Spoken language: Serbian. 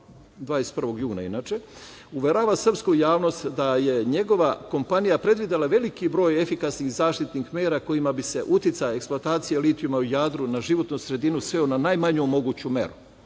21. juna uverava srpsku javnost da je njegova kompanija predvidela veliki broj efikasnih zaštitnih mera kojima bi se uticaj eksploatacije litijuma u Jadru na životnu sredinu sveo na najmanju moguću meru. Ipak,